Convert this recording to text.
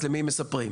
למי הם מספרים?